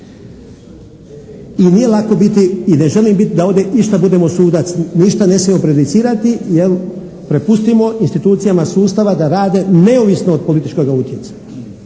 I nije lako biti i ne želim biti da ovdje išta budemo sudac. Ništa ne smijemo prejudicirati jer prepustimo institucijama sustava da rade neovisno od političkoga utjecaja.